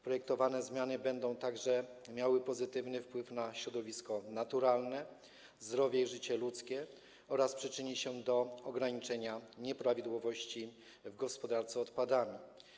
Projektowane zmiany będą miały pozytywny wpływ na środowisko naturalne, zdrowie i życie ludzkie oraz przyczynią się do ograniczenia nieprawidłowości w gospodarce odpadami.